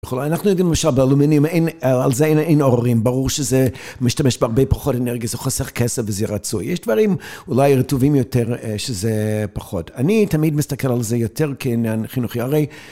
בכלל אנחנו יודעים למשל באלומיניום על זה אין עוררים, ברור שזה משתמש בהרבה פחות אנרגיה, זה חוסך כסף וזה רצוי, יש דברים אולי רטובים יותר שזה פחות, אני תמיד מסתכל על זה יותר כעניין חינוכי הרי